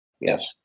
yes